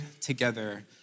together